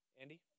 Andy